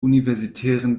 universitären